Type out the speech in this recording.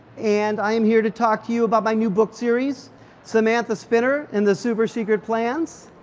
and i am here to talk to you about my new book series samantha spinner and the super secret plans.